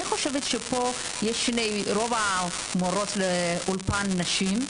אני חושבת שפה רוב המורות לאולפן נשים,